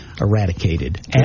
eradicated